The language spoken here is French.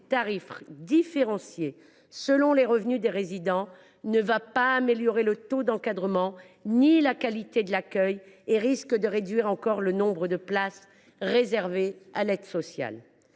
tarifs différenciés selon les revenus des résidents ne va pas améliorer le taux d’encadrement ni la qualité de l’accueil ; au contraire, cela risque de réduire encore le nombre des places réservées à l’aide sociale.